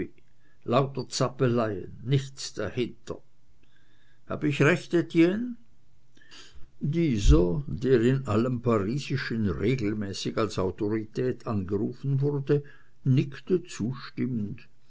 zappeleien nichts dahinter hab ich recht etienne dieser der in allem parisischen regelmäßig als autorität angerufen wurde nickte zustimmend